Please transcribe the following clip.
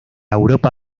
europa